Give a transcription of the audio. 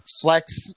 flex